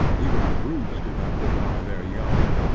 even brutes do not devour their young,